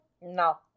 No